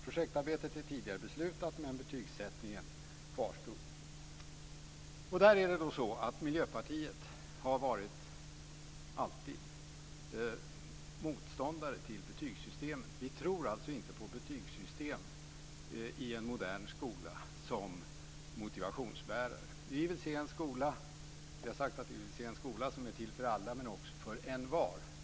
Projektarbetet är tidigare beslutat, men betygssättningen kvarstod. Miljöpartiet har alltid varit motståndare till betygssystemet. Vi tror alltså inte på betygssystem i en modern skola som motivationsbärare. Vi har sagt att vi vill se en skola som är till för alla men också för envar.